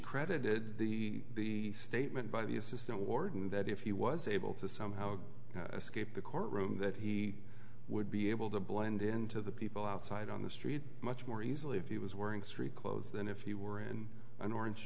credited the statement by the assistant warden that if he was able to somehow escape the courtroom that he would be able to blend into the people outside on the street much more easily if he was wearing street clothes than if he were in an orange